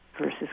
versus